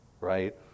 right